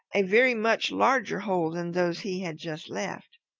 a very much larger hole than those he had just left.